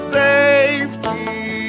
safety